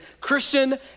Christian